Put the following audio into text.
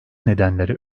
nedenleri